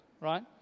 right